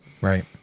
right